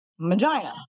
Magina